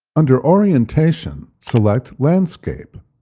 under orientation, select landscape.